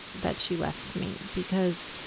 that she left me, because,